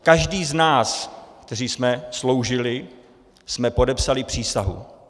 Každý z nás, kteří jsme sloužili, jsme podepsali přísahu.